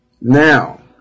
now